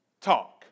talk